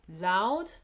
loud